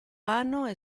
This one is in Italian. anno